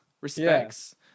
respects